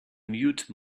mute